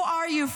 Who are you,